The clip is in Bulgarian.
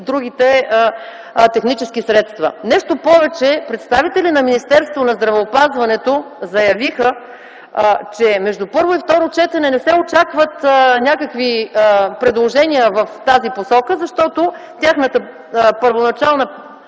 другите технически средства. Нещо повече, представители на Министерството на здравеопазването заявиха, че между първо и второ четене не се очакват някакви предложения в тази посока, защото тяхната първоначална